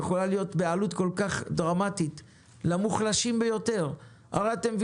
כי אני רוצה